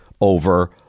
over